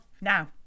now